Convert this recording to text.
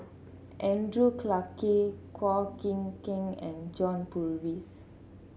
Andrew Clarke Chua Chim Kang and John Purvis